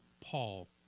Paul